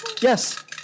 Yes